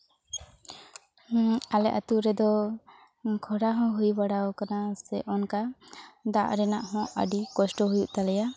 ᱟᱞᱮ ᱟᱹᱛᱩ ᱨᱮᱫᱚ ᱠᱷᱚᱨᱟ ᱦᱚᱸ ᱦᱩᱭ ᱵᱟᱲᱟᱣ ᱠᱟᱱᱟ ᱥᱮ ᱚᱱᱠᱟ ᱫᱟᱜ ᱨᱮᱱᱟᱜ ᱦᱚᱸ ᱟᱹᱰᱤ ᱠᱚᱥᱴᱚ ᱦᱩᱭᱩᱜ ᱛᱟᱞᱮᱭᱟ